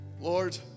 Lord